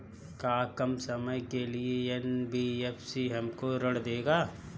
का कम समय के लिए एन.बी.एफ.सी हमको ऋण देगा?